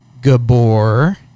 Gabor